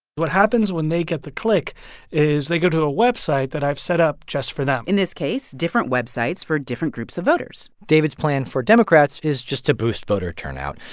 what happens when they get the click is they go to a website that i've set up just for them in this case, different websites for different groups of voters david's plan for democrats is just to boost voter turnout.